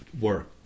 work